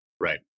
Right